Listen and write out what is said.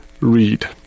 read